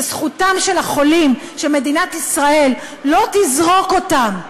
זו זכותם של החולים שמדינת ישראל לא תזרוק אותם,